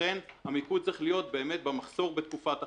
לכן, המיקוד צריך להיות באמת במחסור בתקופת החגים.